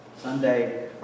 Sunday